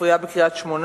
(חברת הכנסת ליה שמטוב יוצאת מאולם המליאה.)